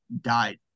died